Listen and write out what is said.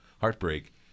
heartbreak